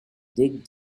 dig